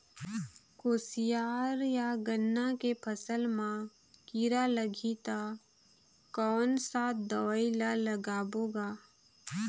कोशियार या गन्ना के फसल मा कीरा लगही ता कौन सा दवाई ला लगाबो गा?